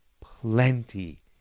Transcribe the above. plenty